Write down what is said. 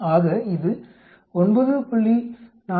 ஆக இது 9